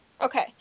Okay